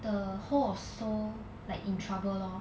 the whole of seoul like in trouble lor